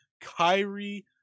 Kyrie